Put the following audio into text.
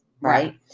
Right